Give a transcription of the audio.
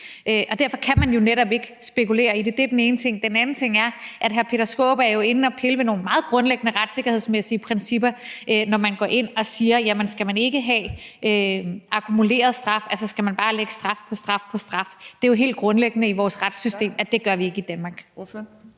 Derfor kan man jo netop ikke spekulere i det. Det er den ene ting. Den anden ting er, at hr. Peter Skaarup er inde og pille ved nogle meget grundlæggende retssikkerhedsmæssige principper, når han siger, at man skal have akkumuleret straf, altså at der bare skal lægges straf på straf. Det er jo helt grundlæggende i vores retssystem, at det gør vi ikke i Danmark.